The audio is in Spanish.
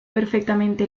perfectamente